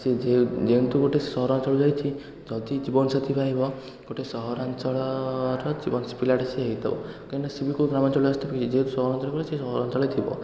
ସେ ଯେହେତୁ ଗୋଟେ ସହରାଞ୍ଚଳରୁ ଯାଇଛି ଯଦି ଜୀବନ ସାଥୀ ପାଇବ ଗୋଟେ ସହରାଞ୍ଚଳର ପିଲାଟା ସେ ହେଇଥିବ କାହିଁକି ନା ସେ ବି କେଉଁ ଗ୍ରାମାଞ୍ଚଳରୁ ଆସିଥିବ ଏହି ଯେହେତୁ ସହରାଞ୍ଚଳ ସିଏ ସହରାଞ୍ଚଳରେ ଥିବ